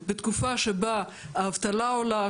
בתקופה שבה האבטלה עולה,